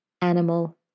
animal